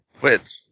Wait